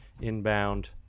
inbound